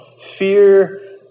Fear